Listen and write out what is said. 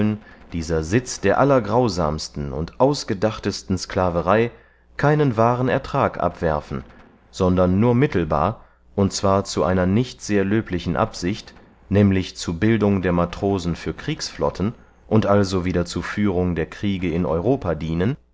dieser sitz der allergrausamsten und ausgedachtesten sklaverey keinen wahren ertrag abwerfen sondern nur mittelbar und zwar zu einer nicht sehr löblichen absicht nämlich zu bildung der matrosen für kriegsflotten und also wieder zu führung der kriege in europa dienen